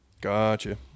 Gotcha